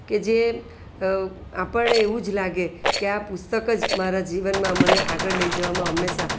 કે જે આપણને એવું જ લાગે કે આ પુસ્તક જ મારા જીવનમાં મને આગળ લઈ જવામાં હંમેશાં